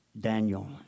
Daniel